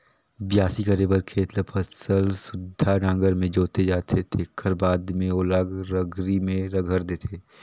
बियासी करे बर खेत ल फसल सुद्धा नांगर में जोते जाथे तेखर बाद में ओला रघरी में रघर देथे